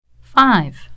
Five